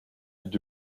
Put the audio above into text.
did